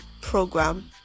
program